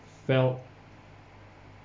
felt